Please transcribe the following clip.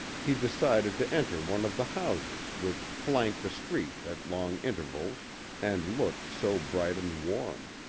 he decided to enter one of the houses which flanked the street at long intervals and looked so bright and warm.